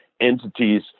entities